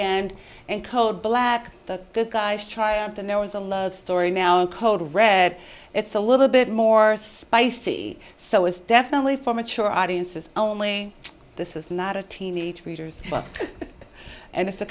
and and cold black the good guys try out and there was a love story now a cold read it's a little bit more spicy so it's definitely for mature audiences only this is not a teenage readers and it's a